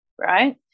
right